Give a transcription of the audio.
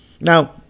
now